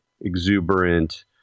exuberant